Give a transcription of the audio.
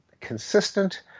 consistent